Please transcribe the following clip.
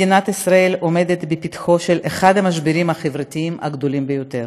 מדינת ישראל עומדת בפתחו של אחד המשברים החברתיים הגדולים ביותר.